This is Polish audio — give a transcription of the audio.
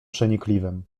przenikliwym